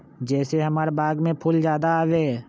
जे से हमार बाग में फुल ज्यादा आवे?